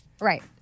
Right